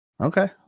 Okay